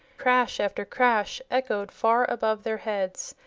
crash after crash echoed far above their heads,